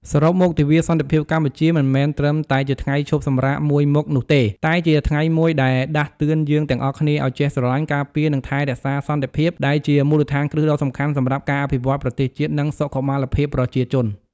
សរុបមក ទិវាសន្តិភាពកម្ពុជា មិនមែនត្រឹមតែជាថ្ងៃឈប់សម្រាកមួយមុខនោះទេ តែជាថ្ងៃមួយដែលដាស់តឿនយើងទាំងអស់គ្នាឱ្យចេះស្រឡាញ់ ការពារ និងថែរក្សាសន្តិភាព ដែលជាមូលដ្ឋានគ្រឹះដ៏សំខាន់សម្រាប់ការអភិវឌ្ឍន៍ប្រទេសជាតិ និងសុខុមាលភាពប្រជាជន។